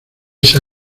esa